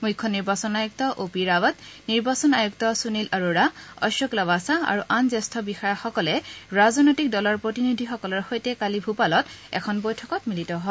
মুখ্য নিৰ্বাচন আয়ুক্ত অ' পি ৰাৱাট নিৰ্বাচন আয়ুক্ত সুনীল আৰ'ৰা অশোক লৱাছা আৰু আন জ্যেষ্ঠ বিষয়াসকলে ৰাজনৈতিক দলৰ প্ৰতিনিধিসকলৰ সৈতে কালি ভূপালত এখন বৈঠকত মিলিত হয়